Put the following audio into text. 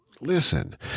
Listen